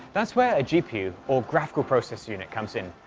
that's where a gpu, or graphical process unit, comes in.